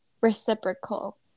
reciprocal